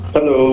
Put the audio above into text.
Hello